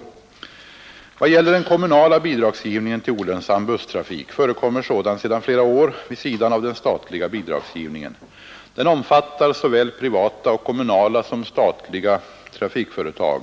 I vad gäller den kommunala bidragsgivningen till olönsam busstrafik förekommer sådan sedan flera år vid sidan av den statliga bidragsgivningen. Den omfattar såväl privata och kommunala som statliga trafikföretag.